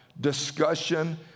discussion